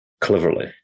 cleverly